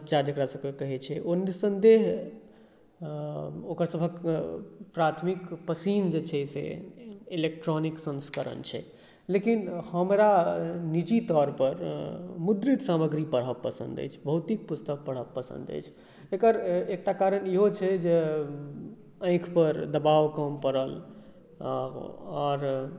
बच्चा जेकरा कहै छै ओ निःसन्देह ओकर सभहक प्राथमिक पसन्द जे छै से इलेक्ट्रॉनिक सन्स्करण छै लेकिन हमरा निजी तौर पर मुद्रित सामग्री पढ़ब पसन्द अछि भौतिक पुस्तक पढ़ब पसन्द अछि एकर एकटा कारण इहो छै जे ऑंखि पर दबाव कम पड़ल आओर